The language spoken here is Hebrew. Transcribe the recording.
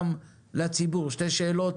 שני שלישים.